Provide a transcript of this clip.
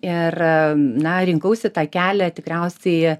ir na rinkausi tą kelią tikriausiai